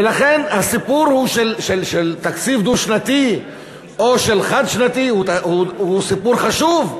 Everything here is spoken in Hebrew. ולכן הסיפור של תקציב דו-שנתי או של תקציב חד-שנתי הוא סיפור חשוב.